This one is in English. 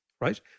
right